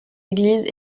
église